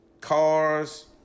cars